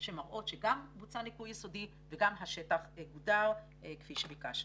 שמראות שגם בוצע ניקוי יסודי וגם השטח גודר כפי שביקשנו.